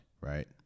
right